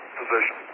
position